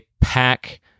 pack